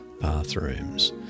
bathrooms